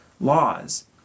laws